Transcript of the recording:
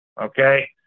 okay